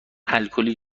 الکلی